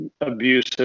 abusive